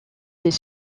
des